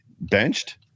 benched